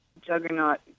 juggernaut